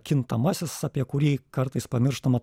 kintamasis apie kurį kartais pamirštama